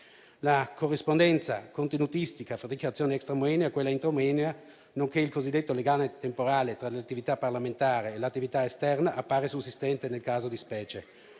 La corrispondenza contenutistica fra dichiarazioni *extra moenia* e quelle *intra moenia*, nonché il cosiddetto legame temporale tra l'attività parlamentare e l'attività esterna appare sussistente nel caso di specie.